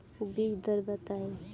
बीज दर बताई?